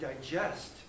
digest